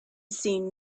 seen